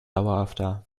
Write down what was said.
dauerhafter